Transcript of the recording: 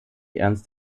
ernst